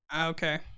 Okay